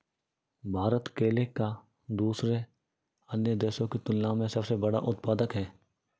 भारत केले का दूसरे अन्य देशों की तुलना में सबसे बड़ा उत्पादक है